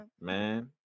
Man